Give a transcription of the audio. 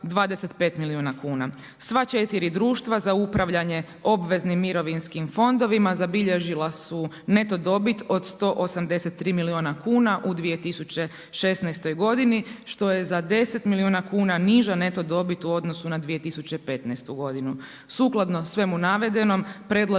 Sva 4 društva za upravljanjem obveznim mirovinskim fondovima zabilježila su neto dobit od 183 milijuna kuna u 2016. godini što je za 10 milijuna kuna niža neto dobit u odnosu na 2015. godinu.